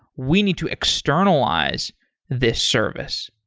we need to externalize this service.